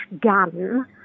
gun